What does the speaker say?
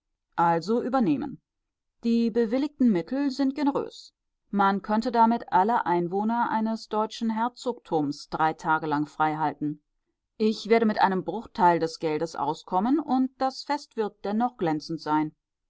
also übernehmen die bewilligten mittel sind generös man könnte damit alle einwohner eines deutschen herzogtums drei tage lang freihalten ich werde mit einem bruchteil des geldes auskommen und das fest wird dennoch glänzend sein